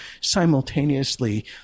simultaneously